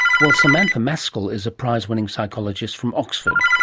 well, samantha mansell is a prize-winning psychologist from oxford,